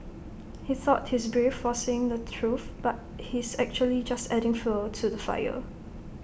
he thought he's brave for saying the truth but he's actually just adding fuel to the fire